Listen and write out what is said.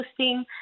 posting